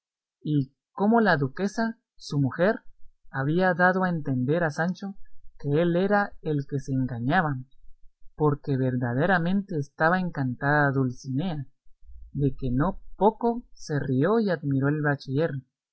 y cómo la duquesa su mujer había dado a entender a sancho que él era el que se engañaba porque verdaderamente estaba encantada dulcinea de que no poco se rió y admiró el bachiller